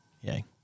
Yay